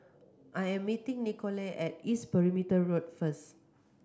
I am meeting Nikole at East Perimeter Road first